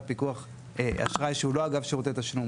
פיקוח אשראי שהוא לא אגב שירותי תשלום,